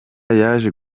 yaje